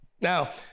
Now